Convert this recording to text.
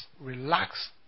relax